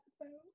episode